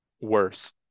worse